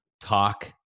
talk